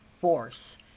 force